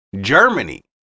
Germany